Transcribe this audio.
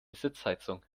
sitzheizung